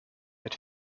mit